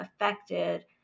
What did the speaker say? affected